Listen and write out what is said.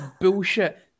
bullshit